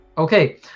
Okay